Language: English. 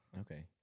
Okay